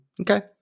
Okay